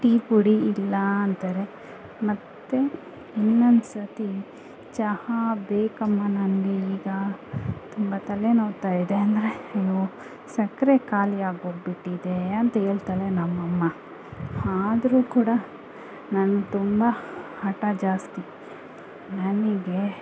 tea ಪುಡಿ ಇಲ್ಲ ಅಂತಾರೆ ಮತ್ತೆ ಇನ್ನೊಂದು ಸರ್ತಿ ಚಹಾ ಬೇಕಮ್ಮ ನನಗೆ ಈಗ ತುಂಬ ತಲೆನೋವ್ತಾ ಇದೆ ಅಂದರೆ ಅಯ್ಯೋ ಸಕ್ಕರೆ ಖಾಲಿ ಆಗೋಗ್ಬಿಟ್ಟಿದೆ ಅಂತ ಹೇಳ್ತಾಳೆ ನಮ್ಮಮ್ಮ ಆದರೂ ಕೂಡ ನಾನು ತುಂಬ ಹಠ ಜಾಸ್ತಿ ನನಗೆ